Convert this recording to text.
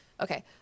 Okay